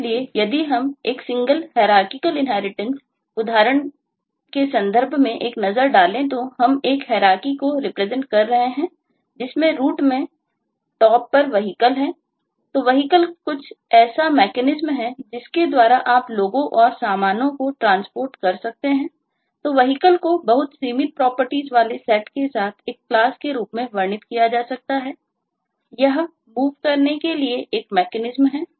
इसलिए यदि हम एक सिंगल हैरारकीकल इनहेरिटेंस करने के लिए एक मैकेनिज्म है